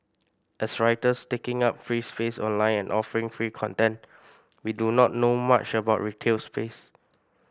as writers taking up free space online and offering free content we do not know much about retail space